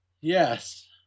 yes